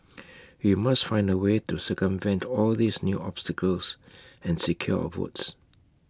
we must find A way to circumvent all these new obstacles and secure our votes